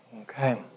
Okay